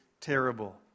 terrible